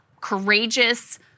courageous